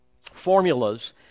formulas